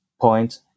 point